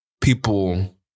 people